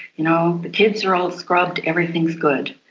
you know the kids are all scrubbed, everything's good.